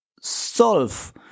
solve